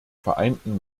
vereinten